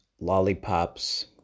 lollipops